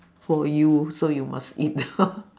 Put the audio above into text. for you so you must eat